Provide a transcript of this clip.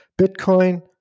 Bitcoin